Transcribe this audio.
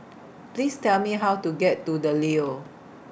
Please Tell Me How to get to The Leo